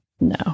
no